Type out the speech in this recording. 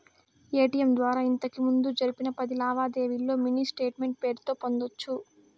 ATM ద్వారా ఇంతకిముందు జరిపిన పది లావాదేవీల్లో మినీ స్టేట్మెంటు పేరుతో పొందొచ్చు